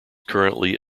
currently